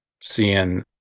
seeing